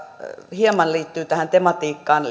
hieman liittyy tähän tematiikkaan